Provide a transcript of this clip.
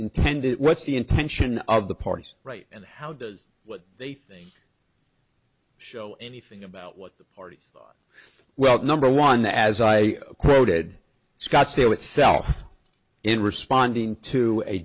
intended what's the intention of the parties right and how does what they think show anything about what the parties well number one that as i quoted scottsdale itself in responding to a